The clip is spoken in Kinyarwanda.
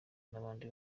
nk’abandi